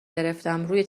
گرفتم، روی